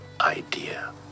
idea